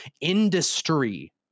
industry